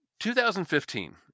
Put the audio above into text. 2015